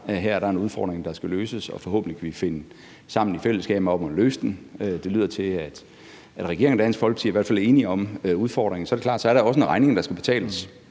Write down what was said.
der her er en udfordring, der skal løses, og forhåbentlig kan vi finde sammen i fællesskab om at løse den. Det lyder til, at regeringen og Dansk Folkeparti i hvert fald er enige om udfordringen. Så er det klart, at der så også er en regning, der skal betales.